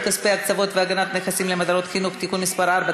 כספי הקצבות והגנת הנכסים למטרות חינוך) (תיקון מס' 4)